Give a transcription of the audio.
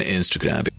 Instagram